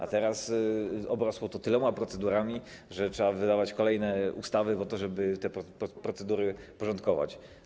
A teraz obrosło to tyloma procedurami, że trzeba wydawać kolejne ustawy po to, żeby te procedury porządkować.